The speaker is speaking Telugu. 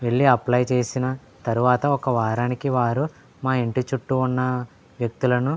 వెళ్ళి అప్లయ్ చేసిన తర్వాత ఒక వారానికి వారు మా ఇంటి చుట్టూ ఉన్న వ్యక్తులను